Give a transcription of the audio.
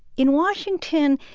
in washington,